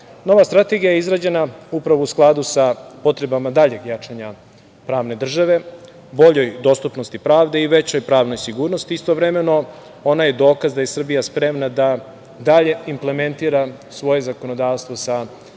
strategija izrađena je upravo u skladu sa potrebama daljeg jačanja pravne države, boljoj dostupnosti pravde i većoj pravnoj sigurnosti, a istovremeno i ona je dokaz da je Srbija spremna da dalje implementira svoje zakonodavstvo, sa evropskim